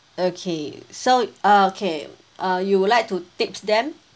okay so uh okay uh you would like to tips them